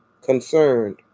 concerned